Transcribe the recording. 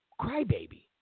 crybaby